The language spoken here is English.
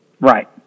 Right